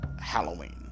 Halloween